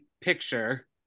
picture